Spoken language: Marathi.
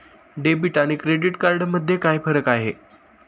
डेबिट आणि क्रेडिट कार्ड मध्ये काय फरक आहे?